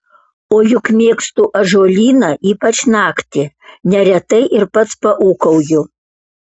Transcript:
o juk mėgstu ąžuolyną ypač naktį neretai ir pats paūkauju